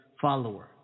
follower